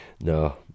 no